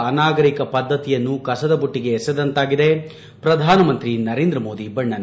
ಅನಾಗರಿಕ ಪದ್ದತಿಯನ್ನು ಕಸದ ಬುಟ್ಟಿಗೆ ಎಸೆದಂತಾಗಿದೆ ಪ್ರಧಾನಮಂತ್ರಿ ನರೇಂದ್ರ ಮೋದಿ ಬಣ್ಣನೆ